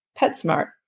PetSmart